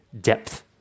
depth